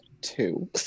Two